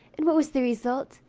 and what was the result!